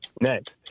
Next